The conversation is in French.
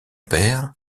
père